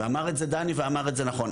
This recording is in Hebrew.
אמר את זה דני ואמר את זה נכון.